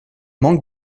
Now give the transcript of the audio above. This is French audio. manque